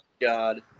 god